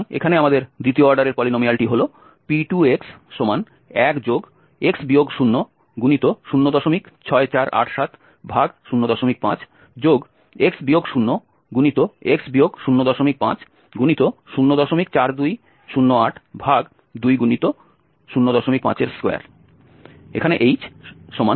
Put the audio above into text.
সুতরাং এখানে আমাদের দ্বিতীয় অর্ডারের পলিনোমিয়ালটি P2x1x 00648705x 0x 05042082×052 h05 হিসাবে রয়েছে